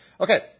Okay